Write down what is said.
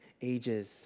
ages